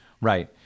right